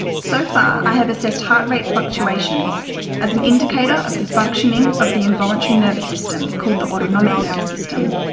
so far i have assessed heart rate fluctuations as an indicator of the functioning of the involuntary nervous system, called the autonomic nervous system.